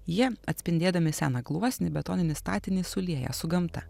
jie atspindėdami seną gluosnį betoninį statinį sulieja su gamta